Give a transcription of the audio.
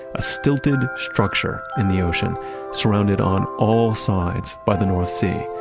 a stilted structure in the ocean surrounded on all sides by the north sea.